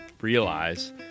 realize